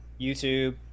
YouTube